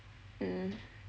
mm